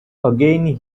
again